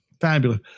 fabulous